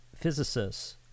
physicists